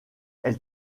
elle